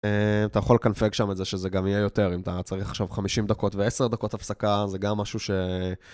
אתה יכול לקנפג שם את זה, שזה גם יהיה יותר, אם אתה צריך עכשיו 50 דקות ו-10 דקות הפסקה, זה גם משהו ש...